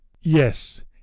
Yes